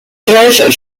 tres